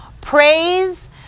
Praise